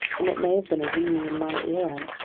and it may have been a ringing in my ear,